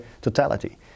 totality